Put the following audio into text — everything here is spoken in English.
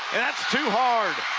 and that's too hard.